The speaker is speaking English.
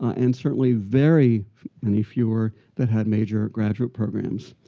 ah and certainly, very many fewer that had major graduate programs.